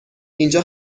اینجا